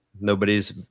nobody's